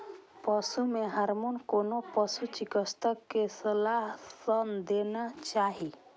पशु मे हार्मोन कोनो पशु चिकित्सक के सलाह सं देना चाही